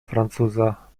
francuza